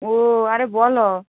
ও আরে বলো